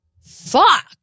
Fuck